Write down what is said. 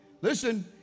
Listen